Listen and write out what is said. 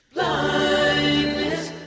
Blindness